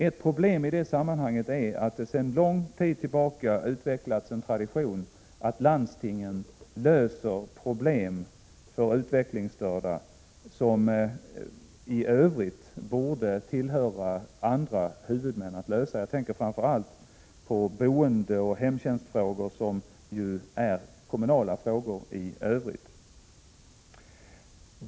Ett problem i det sammanhanget är att det sedan lång tid tillbaka har utvecklats en tradition att landstingen löser problem för utvecklingsstörda som egentligen borde lösas av andra huvudmän. Jag tänker framför allt på boendeoch hemtjänstfrågor som ju är kommunala frågor.